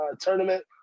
tournament